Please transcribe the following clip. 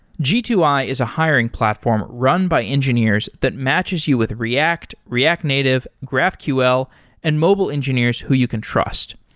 g two i is a hiring platform run by engineers that matches you with react, react native, graphql and mobile engineers who you can trust.